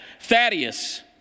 Thaddeus